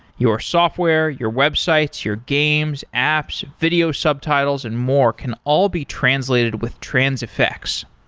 your software, your websites, your games, apps, video subtitles and more can all be translated with transifex.